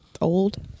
old